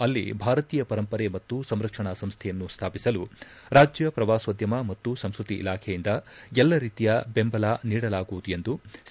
ಅಲ್ಲಿ ಭಾರತೀಯ ಪರಂಪರೆ ಮತ್ತು ಸಂರಕ್ಷಣಾ ಸಂಸ್ಥೆಯನ್ನು ಸ್ಮಾಪಿಸಲು ರಾಜ್ಯ ಪ್ರವಾಸೋದ್ಯಮ ಮತ್ತು ಸಂಸ್ಕತಿ ಇಲಾಖೆಯಿಂದ ಎಲ್ಲ ರೀತಿಯ ದೆಂಬಲ ನೀಡಲಾಗುವುದು ಎಂದು ಸಿ